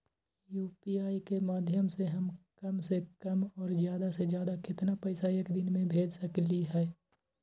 UPI के माध्यम से हम कम से कम और ज्यादा से ज्यादा केतना पैसा एक दिन में भेज सकलियै ह?